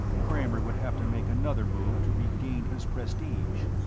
kramer would have to make another move to regain his prestige.